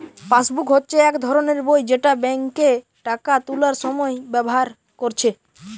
passbook হচ্ছে এক ধরণের বই যেটা বেঙ্কে টাকা তুলার সময় ব্যাভার কোরছে